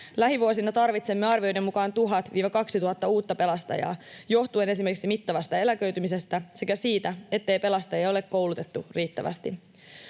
Lähivuosina tarvitsemme arvioiden mukaan 1 000—2 000 uutta pelastajaa johtuen esimerkiksi mittavasta eläköitymisestä sekä siitä, ettei pelastajia ei ole koulutettu riittävästi.